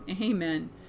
Amen